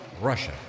Russia